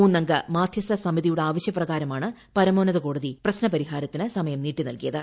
മുന്നംഗ മാധ്യസ്ഥ സമിതിയുടെ ആവശ്യപ്രകാരമാണ് പരമോന്നത കോടതി പ്രശ്നപരിഹാരത്തിന് സമയം നീട്ടിനൽകിയത്